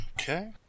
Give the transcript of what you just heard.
Okay